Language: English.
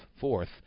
fourth